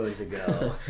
ago